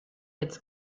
jetzt